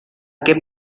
que